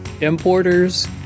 importers